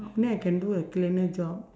for me I can do a cleaner job